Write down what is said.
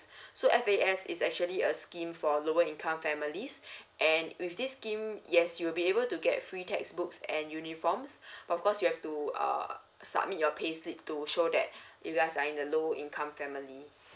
so f a s is actually a scheme for lower income families and with this scheme yes you'll be able to get free textbooks and uniforms of course you have to uh submit your pay slip to show that you guys are in the low income family